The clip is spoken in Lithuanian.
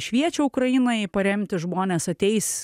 šviečia ukrainai paremti žmonės ateis